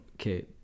Okay